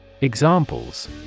Examples